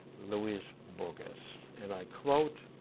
luis borges, and i quote,